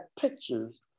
pictures